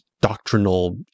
doctrinal